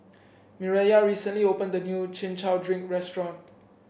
Mireya recently opened a new Chin Chow Drink restaurant